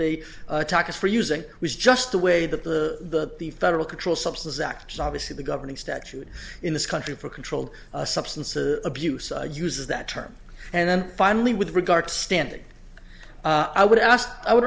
they attack us for using was just the way that the the federal controlled substances act so obviously the governing statute in this country for controlled substances abuse uses that term and then finally with regard to standing i would ask i would